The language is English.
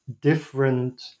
different